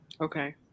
Okay